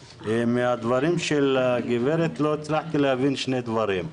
ומדבריה של הגברת לא הצלחתי להבין שני דברים.